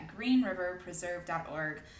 greenriverpreserve.org